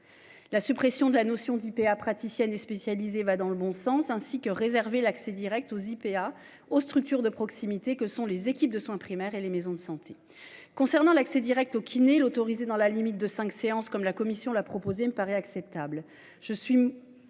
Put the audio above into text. La suppression de la notion d'IPA praticienne et spécialisée va dans le bon sens ainsi que réserver l'accès Direct aux IPA aux structures de proximité que sont les équipes de soins primaires et les maisons de santé concernant l'accès Direct au kiné l'autorisées dans la limite de 5 séances comme la commission l'a proposé, me paraît acceptable